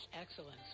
excellence